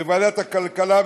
בוועדת הכלכלה,